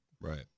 Right